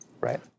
Right